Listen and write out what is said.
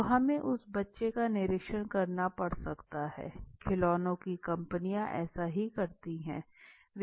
तो हमे उस बच्चे का निरीक्षण करना पड़ सकता है खिलौने की कंपनियां इसे ही करती रही हैं